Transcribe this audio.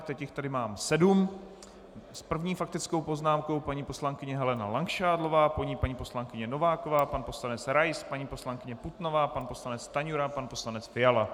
Teď jich tady mám sedm: s první faktickou poznámkou paní poslankyně Helena Langšádlová, po ní paní poslankyně Nováková, pan poslanec Rais, paní poslankyně Putnová, pan poslanec Stanjura, pan poslanec Fiala.